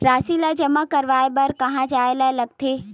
राशि ला जमा करवाय बर कहां जाए ला लगथे